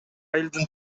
айылдын